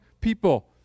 people